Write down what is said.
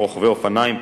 או רוכבי אופניים,